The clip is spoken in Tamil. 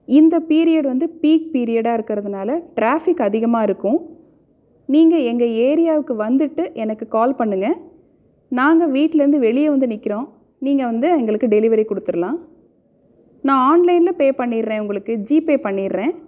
இந்தப் பீரியடு வந்து பீக் பீரியடாக இருக்கிறதுனால ட்ராஃபிக் அதிகமாக இருக்கும் நீங்கள் எங்கள் ஏரியாவுக்கு வந்துட்டு எனக்கு கால் பண்ணுங்க நாங்கள் வீட்லருந்து வெளியே வந்து நிற்கிறோம் நீங்கள் வந்து எங்களுக்கு டெலிவரி கொடுத்துர்லாம் நான் ஆன்லைனில் பே பண்ணிடறேன் உங்களுக்கு ஜீபே பண்ணிடறேன்